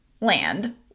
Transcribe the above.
land